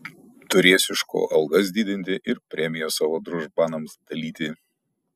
turės iš ko algas didinti ir premijas savo družbanams dalyti